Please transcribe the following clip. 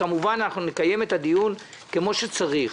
כמובן נקיים את הדיון כפי שצריך.